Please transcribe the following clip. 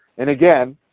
and again,